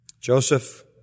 Joseph